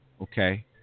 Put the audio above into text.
okay